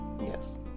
Yes